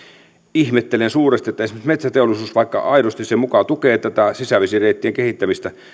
ihmettelen suuresti että esimerkiksi metsäteollisuus vaikka aidosti se muka tukee tätä sisävesireittien kehittämistä